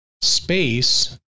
space